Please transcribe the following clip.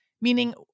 Meaning